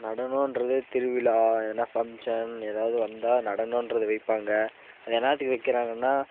நடனன்றது திருவிழா எதனா ஃபங்க்ஷன் எதாவது வந்தால் நடனன்றது வைப்பாங்க அது என்னத்துக்கு வைக்கிறாங்கன்னா